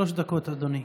שלוש דקות, אדוני.